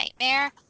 nightmare